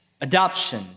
Adoption